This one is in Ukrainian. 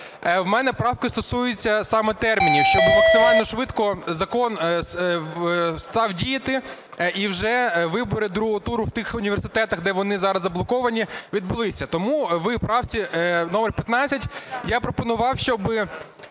У мене правки стосуються саме термінів, щоб максимально швидко закон став діяти і вже вибори другого туру в тих університетах, де вони зараз заблоковані, відбулися. Тому в правці номер 15 я пропонував, щоб